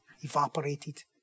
evaporated